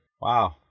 wow